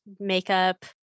makeup